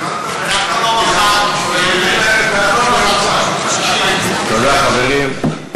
ש-2.75 מיליארד השקלים, תודה, חברים.